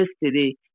yesterday